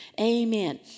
Amen